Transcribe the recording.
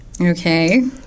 Okay